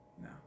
No